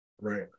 Right